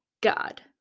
God